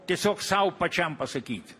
tiesiog sau pačiam pasakyti